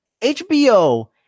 HBO